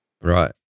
Right